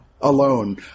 alone